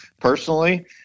personally